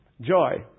joy